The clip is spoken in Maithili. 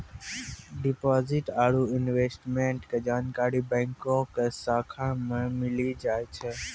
डिपॉजिट आरू इन्वेस्टमेंट के जानकारी बैंको के शाखा मे मिली जाय छै